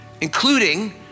including